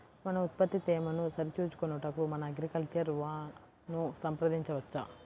మన ఉత్పత్తి తేమను సరిచూచుకొనుటకు మన అగ్రికల్చర్ వా ను సంప్రదించవచ్చా?